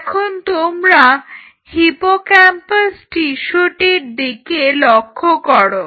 এখন তোমরা হিপোক্যাম্পাস টিস্যুটির দিকে লক্ষ্য করো